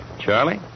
Charlie